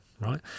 right